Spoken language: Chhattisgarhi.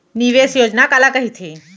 निवेश योजना काला कहिथे?